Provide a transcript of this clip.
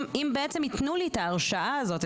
אם ייתנו לי את ההרשאה הזאת,